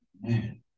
Man